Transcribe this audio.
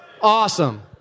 Awesome